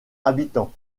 habitants